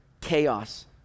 chaos